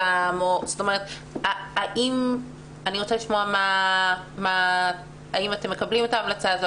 אני רוצה לשמוע האם אתם מקבלים את ההמלצה הזאת,